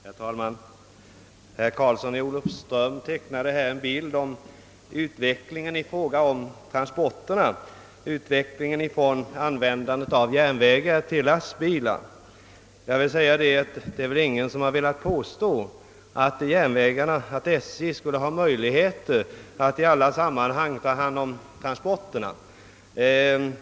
Herr talman! Herr Karlsson i Olofström tecknade här en bild av utvecklingen i fråga om transporterna — en utveckling från användandet av järnvägar till lastbilar. Ingen kan väl påstå att SJ skulle ha möjligheter att ombesörja alla transporter.